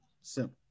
Simple